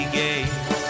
gates